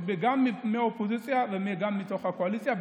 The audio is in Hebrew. גם מהאופוזיציה וגם מתוך הקואליציה,